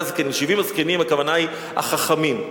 שבעים הזקנים, הכוונה היא: החכמים.